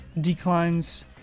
declines